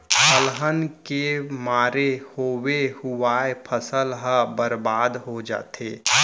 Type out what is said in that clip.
अलहन के मारे होवे हुवाए फसल ह बरबाद हो जाथे